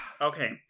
Okay